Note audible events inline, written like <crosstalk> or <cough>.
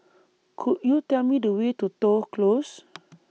Could YOU Tell Me The Way to Toh Close <noise>